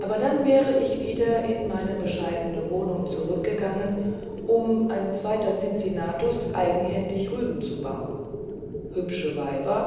aber dann wäre ich wieder in meine bescheidene wohnung zurück gegangen um ein zweiter cincinnatus eigenhändig rüben zu bauen hübsche weiber